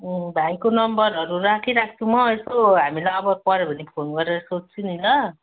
भाइको नम्बरहरू राखिराख्छु म यसो हामीलाई आपद पऱ्यो भने फोन गरेर सोध्छु नि त